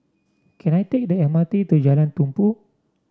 can I take the M R T to Jalan Tumpu